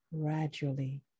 Gradually